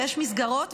יש מסגרות,